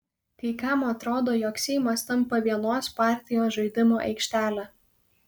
kai kam atrodo jog seimas tampa vienos partijos žaidimų aikštele